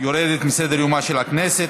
יורדת מסדר-יומה של הכנסת.